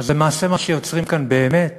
אז למעשה מה שיוצרים כאן באמת